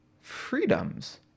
freedoms